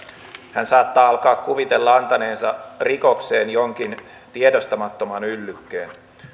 hän saattaa alkaa kuvitella antaneensa rikokseen jonkin tiedostamattoman yllykkeen